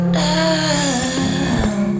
down